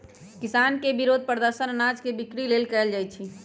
किसान के विरोध प्रदर्शन अनाज के बिक्री लेल कएल जाइ छै